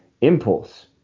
impulse